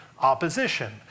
opposition